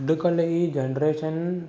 अॼुकल्ह जी जनरेशन